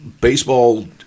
baseball